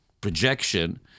projection